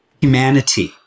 humanity